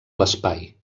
l’espai